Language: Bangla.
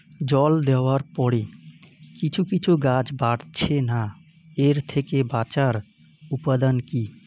জল দেওয়ার পরে কিছু কিছু গাছ বাড়ছে না এর থেকে বাঁচার উপাদান কী?